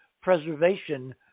preservation